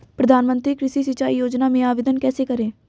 प्रधानमंत्री कृषि सिंचाई योजना में आवेदन कैसे करें?